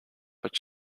but